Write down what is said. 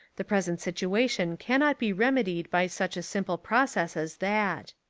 the present situation cannot be remedied by such a simple process as that.